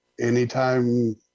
anytime